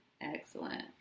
Excellent